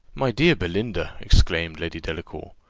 my dear belinda, exclaimed lady delacour,